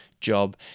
job